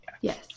Yes